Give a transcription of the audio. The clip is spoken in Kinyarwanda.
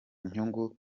nyungu